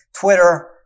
Twitter